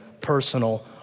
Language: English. personal